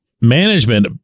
management